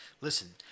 Listen